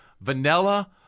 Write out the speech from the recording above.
Vanilla